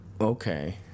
okay